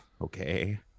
okay